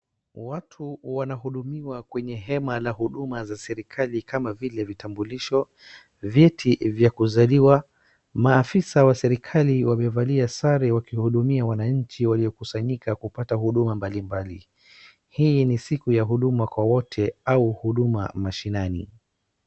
Watu wanahudumiwa kwenye hema la huduma za serikali kama vile vitambulishwa ,viti vya kuzaliwa ,maafisa wa serikali wamevalia sare wakihudumia wananchi waliokusanyika kupata huduma mbalimbali. Hii ni siku ya huduma kwa wote au huduma mashinani.